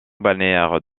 balnéaire